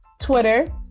Twitter